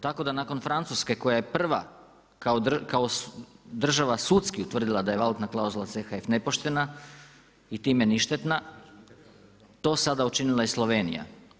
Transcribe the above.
Tako da nakon Francuske koja je prva država sudski utvrdila da je valutna klauzula CHF nepoštena i time ništetna, to sada učinila i Slovenija.